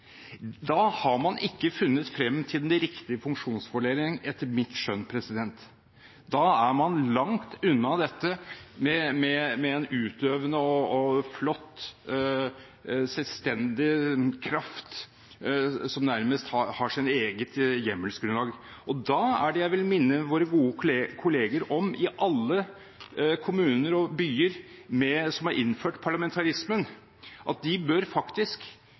Da har man ikke funnet frem til den riktige funksjonsfordelingen, etter mitt skjønn. Da er man langt unna dette med en utøvende, flott og selvstendig kraft, som nærmest har sitt eget hjemmelsgrunnlag. Og da er det jeg vil minne våre gode kolleger i alle kommuner og byer som har innført parlamentarismen, om at de med jevne mellomrom faktisk